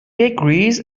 degrees